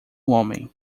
homem